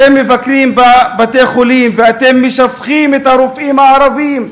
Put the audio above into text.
אתם מבקרים בבתי-חולים ואתם משבחים את הרופאים הערבים,